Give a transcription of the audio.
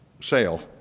sale